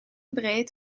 breed